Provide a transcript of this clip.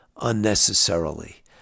unnecessarily